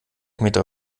meter